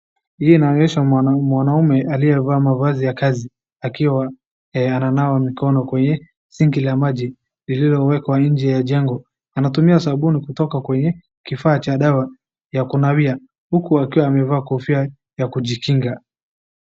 Vile inaonyesha mwanaume aliyevaa mavazi ya kazi akiwa ananawa mikono kwenye sinki la maji lilowekwa kwa nje ya jengo anatumia sabuni kutoka kwenye kifaa cha dawa ya kunawia huku akiwa amepewa kofia ya kujikinga.